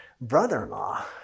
brother-in-law